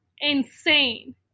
insane